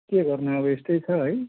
के गर्नु अब यस्तै छ है